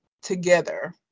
together